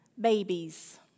babies